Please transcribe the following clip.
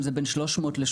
אם זה בין 300 ל-800.